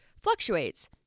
fluctuates